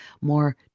more